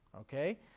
Okay